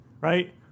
right